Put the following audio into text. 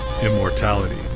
immortality